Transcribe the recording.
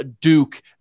Duke